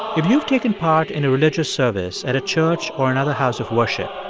you've you've taken part in a religious service at a church or another house of worship,